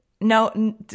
no